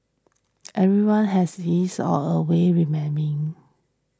everyone has his or her way